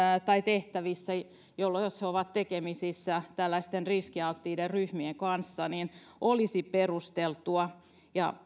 tai tehtävissä missä he ovat tekemisissä tällaisten riskialttiiden ryhmien kanssa olisi perusteltua ja